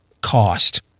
cost